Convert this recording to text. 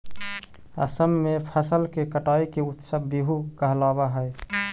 असम में फसल के कटाई के उत्सव बीहू कहलावऽ हइ